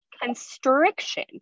Constriction